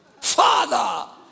Father